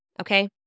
okay